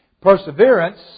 Perseverance